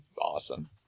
Awesome